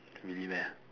really meh